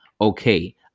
okay